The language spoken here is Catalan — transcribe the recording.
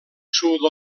sud